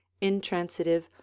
intransitive